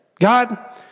God